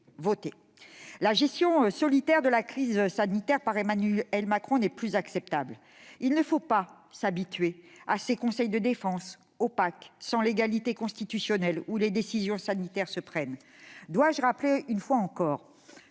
La gestion solitaire de la crise sanitaire par Emmanuel Macron n'est plus acceptable. Il ne faut pas s'habituer à ces conseils de défense opaques, dépourvus de fondement constitutionnel, où les décisions sanitaires se prennent. Dois-je rappeler, une fois encore,